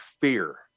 fear